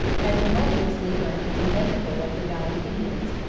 had tumultuously burnt a conventicle of the valentinians,